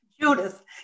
Judith